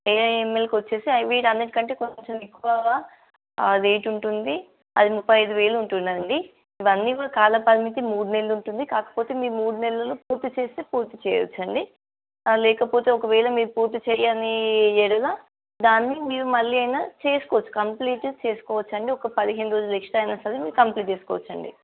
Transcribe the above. ఏఐఎంఎల్కు వచ్చి అ వీటి అన్నింటి కంటే కొంచెం ఎక్కువగా రేట్ ఉంటుంది అది ముప్పై ఐదు వేలు ఉంటుంది అండి ఇవన్నీకూడా కాల పరిమితి మూడు నెలలు ఉంటుంది కాకపోతే మీ మూడు నెలలు పూర్తి చేస్తే పూర్తి చేయవచ్చు అండి లేకపోతే ఒకవేళ మీరు పూర్తి చేయని ఎడల దాన్ని మీరు మళ్ళీ అయిన చేసుకోవచ్చు కంప్లీట్ చేసుకోవచ్చు అండి ఒక పదిహేను రోజులు ఎక్స్ట్రా అయినా సరే మీరు కంప్లీట్ చేసుకోవచ్చు అండి